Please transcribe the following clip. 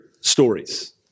stories